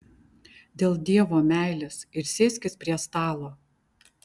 dėl dievo meilės ir sėskis prie stalo